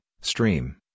Stream